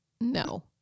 No